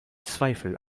zweifel